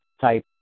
type